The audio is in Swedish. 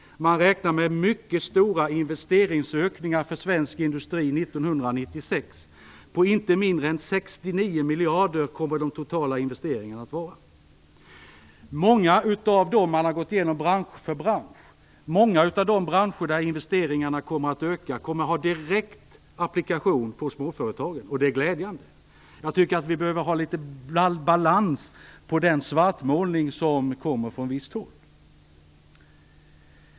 Man räknar med mycket stora investeringsökningar för svensk industri 1996. De totala investeringarna kommer att vara på inte mindre än 69 miljarder. Man har gått igenom bransch för bransch. Många av de branscher där investeringarna kommer att öka kommer att ha direkt applikation på småföretagen. Det är glädjande. Jag tycker att vi behöver ha litet balans på den svartmålning som kommer från visst håll.